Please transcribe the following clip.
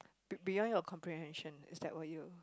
be~ behind your comprehension is that why you